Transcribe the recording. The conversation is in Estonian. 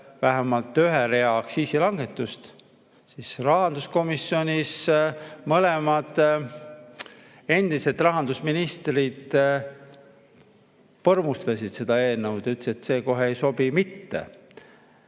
vähemalt ühe rea aktsiisi langetust, siis rahanduskomisjonis mõlemad endised rahandusministrid põrmustasid selle eelnõu ja ütlesid, et see kohe ei sobi mitte.